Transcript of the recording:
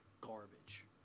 garbage